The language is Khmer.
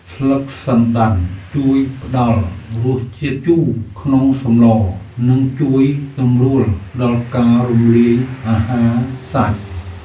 ស្លឹកសណ្តាន់ជួយផ្តល់រសជាតិជូរក្នុងសម្ល និងជួយសម្រួលដល់ការរំលាយអាហារសាច់។